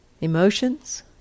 emotions